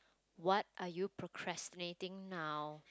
what are you procrastinating now